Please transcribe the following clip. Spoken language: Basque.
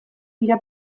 dira